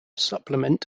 supplement